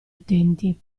utenti